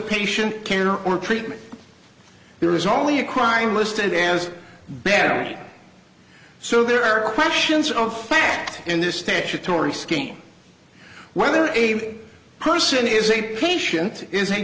patient care or treatment there is only a crime listed as bearing so there are questions of fact in this statutory scheme whether a person is a patient is a